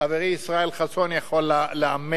חברי ישראל חסון יכול לאמת,